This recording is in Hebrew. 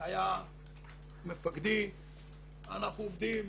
שהיה מפקדי אנחנו עובדים